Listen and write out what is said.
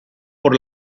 por